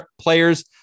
players